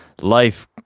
life